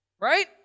right